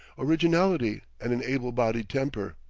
originality, and an able-bodied temper.